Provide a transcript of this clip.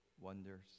wonders